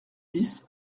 dix